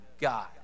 God